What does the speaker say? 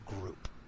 group